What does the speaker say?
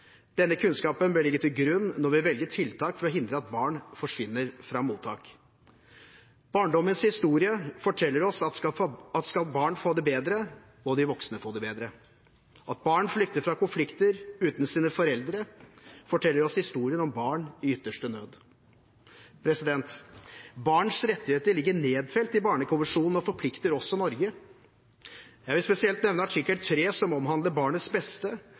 Denne kunnskapen bør ligge til grunn når vi velger tiltak for å hindre at barn forsvinner fra mottak. Barndommens historie forteller oss at skal barn få det bedre, må de voksne få det bedre. At barn flykter fra konflikter uten sine foreldre, forteller oss historien om barn i ytterste nød. Barns rettigheter ligger nedfelt i Barnekonvensjonen og forplikter også Norge. Jeg vil spesielt nevne artikkel 3, som omhandler barnets beste,